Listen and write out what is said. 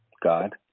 God